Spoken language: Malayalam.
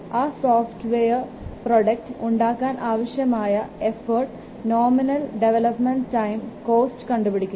ആ സോഫ്റ്റ്വെയർ പ്രോഡക്ട് ഉണ്ടാക്കാൻ ആവശ്യമായ ആയ എഫോർട്ടും നോമിനൽ ഡെവലപ്മെൻറ് ടൈമം കോസ്റ്റും കണ്ടുപിടിക്കുക